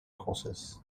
courses